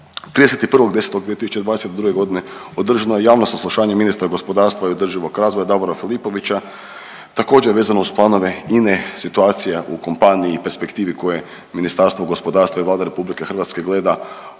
31.10.2022. održano je javno saslušanje ministra gospodarstva i održivog razvoja Davora Filipovića također vezano uz planove INA-e, situacija u kompaniji i perspektivi koje Ministarstvo gospodarstva i Vlada Republike Hrvatske gleda u